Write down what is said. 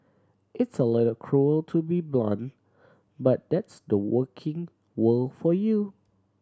it's a little cruel to be blunt but that's the working world for you